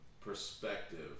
perspective